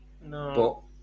No